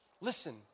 Listen